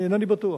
אני אינני בטוח.